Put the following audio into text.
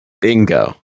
Bingo